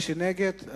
מי שנגד,